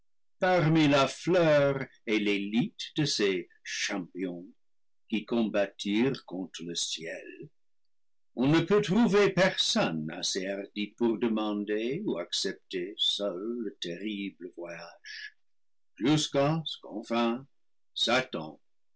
parmi la fleur et l'élite de ces champions qui combattirent contre le ciel on ne peut trouver personne assez hardi pour demander ou accepter seul le terrible voyage jusqu'à ce